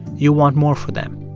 you want more for them.